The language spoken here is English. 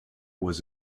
was